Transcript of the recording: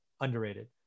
underrated